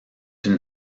une